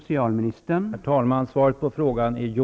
Herr talman! Svaret på frågan är jo.